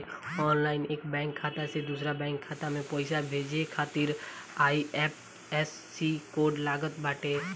online एक bank खाता से दूसरा बैंक खाता में पईसा भेजे खातिर आई.एफ.एस.सी कोड लागत बाटे